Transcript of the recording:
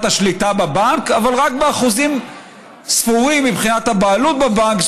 השליטה בבנק אבל רק באחוזים ספורים מבחינת הבעלות על הבנק.